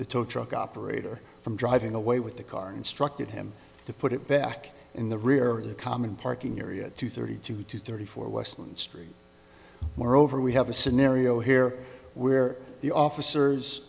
the tow truck operator from driving away with the car instructed him to put it back in the rear of the common parking area to thirty two to thirty four western street moreover we have a scenario here where the officers